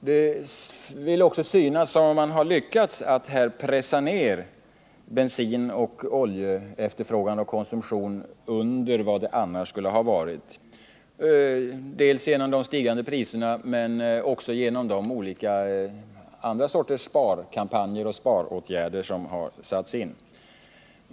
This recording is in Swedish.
Det vill synas som om vi har lyckats att pressa ned efterfrågan på och konsumtionen av bensin och olja, dels genom de stigande priserna, dels genom de olika sparåtgärder som har satts in.